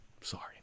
Sorry